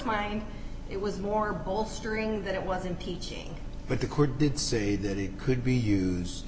mind it was more bolstering that it was impeaching but the court did say that it could be used